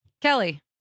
Kelly